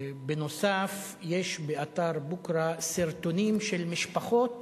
נוסף על כך יש באתר "בוקרא" סרטונים של משפחות